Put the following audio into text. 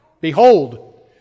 Behold